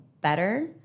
better